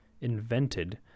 invented